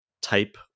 type